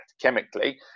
chemically